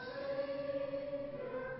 savior